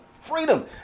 freedom